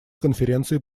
конференции